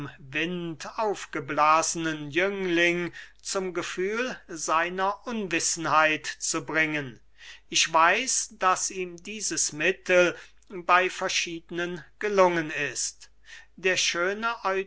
wind aufgeblasenen jüngling zum gefühl seiner unwissenheit zu bringen ich weiß daß ihm dieses mittel bey verschiedenen gelungen ist der schöne